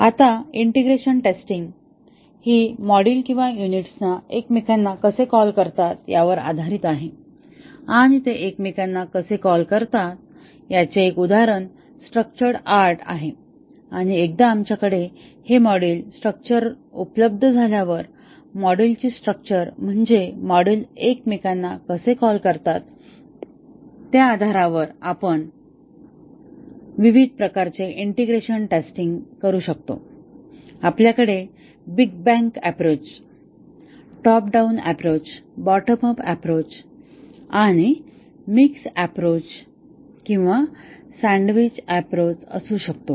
आता integration testing हि module किंवा युनिट्स एकमेकांना कसे कॉल करतात यावर आधारित आहे आणि ते एकमेकांना कसे कॉल करतात याचे एक उदाहरण स्ट्रक्चर चार्ट आहे आणि एकदा आमच्याकडे हे मॉड्यूल स्ट्रक्चर उपलब्ध झाल्यावर मॉड्यूलची स्ट्रक्चर म्हणजे मॉड्यूल एकमेकांना कसे कॉल करतात त्या आधारावर आपण विविध प्रकारचे इंटिग्रेशन टेस्टिंग घेऊ शकतो आपल्याकडे big bang approach top down approach bottom up approach आणि मिक्स अँप्रोच किंवा सँडविच अँप्रोच असू शकतो